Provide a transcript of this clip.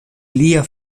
lia